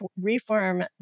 reform